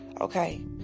Okay